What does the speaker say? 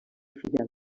fidel